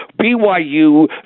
BYU